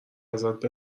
ازت